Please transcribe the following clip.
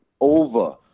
Over